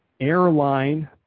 airline